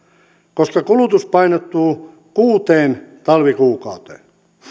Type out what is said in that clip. koska kulutus painottuu kuuteen talvikuukauteen